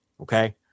okay